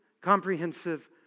comprehensive